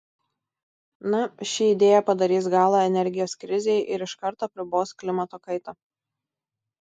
na ši idėja padarys galą energijos krizei ir iš karto apribos klimato kaitą